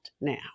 now